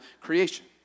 creation